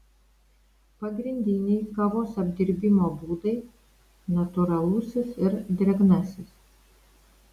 pagrindiniai kavos apdirbimo būdai natūralusis ir drėgnasis